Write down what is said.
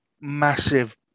massive